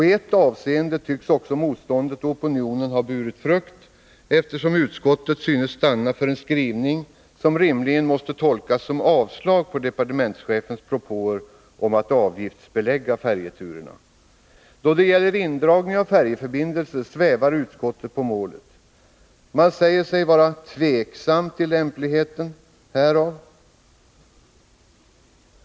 I ett avseende tycks också motståndet och opinionen ha burit frukt, eftersom utskottet synes ha stannat för en skrivning som rimligen måste tolkas som ett avslag på departementschefens propåer om att avgiftsbelägga färjeturerna. Då det gäller indragning av färjeförbindelser svävar utskottet på målet. 107 Utskottet säger sig vara ”tveksamt till lämpligheten”.